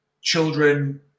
children